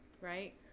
right